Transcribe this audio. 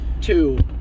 Two